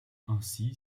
ainsi